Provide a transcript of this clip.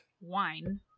Wine